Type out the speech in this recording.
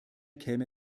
käme